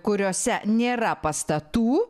kuriose nėra pastatų